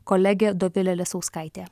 kolegė dovilė lisauskaitė